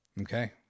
Okay